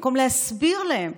במקום להסביר להם,